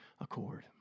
accord